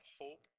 hope